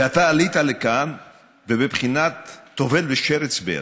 ואתה עלית לכאן ובבחינת טובל ושרץ בידו.